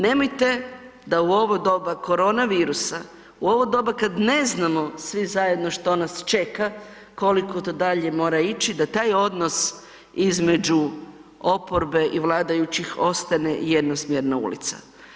Nemojte da u ovo doba koronavirusa, u ovo doba kad ne znamo svi zajedno što nas čeka, koliko to dalje mora ići, da taj odnos između oporbe i vladajućih ostane jednosmjerna ulica.